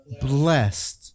Blessed